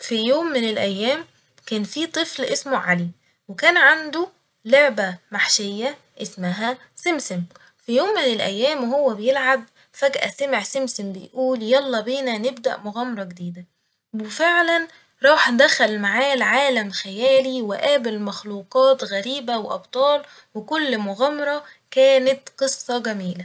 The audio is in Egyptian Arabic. ف يوم من الأيام كان في طفل اسمه علي وكان عنده لعبة محشية اسمها سمسم ، ف يوم من الأيام وهو بيلعب فجأة سمع سمسم بيقول يلا بينا نبدأ مغامرة جديدة ، وفعلا راح دخل معاه لعالم خيالي وقابل مخلوقات غريبة وأبطال وكل مغامرة كانت قصة جميلة